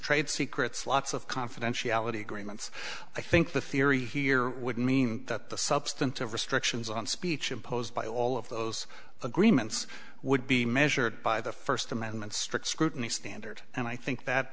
trade secrets lots of confidentiality agreements i think the theory here would mean that the substantive restrictions on speech imposed by all of those agreements would be measured by the first amendment strict scrutiny standard and i think that